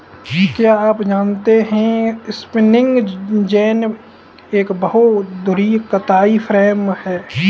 क्या आप जानते है स्पिंनिंग जेनि एक बहु धुरी कताई फ्रेम है?